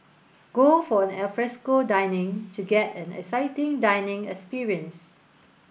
go for an alfresco dining to get an exciting dining experience